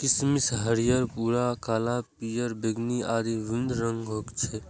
किशमिश हरियर, भूरा, काला, पीयर, बैंगनी आदि विभिन्न रंगक होइ छै